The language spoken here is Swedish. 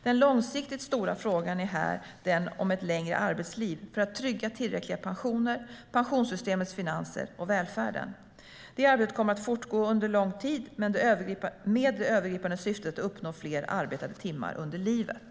Den långsiktigt stora frågan är här den om ett längre arbetsliv - för att trygga tillräckliga pensioner, pensionssystemets finanser och välfärden. Det arbetet kommer att fortgå under lång tid med det övergripande syftet att uppnå fler arbetade timmar under livet.